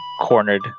cornered